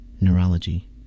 Neurology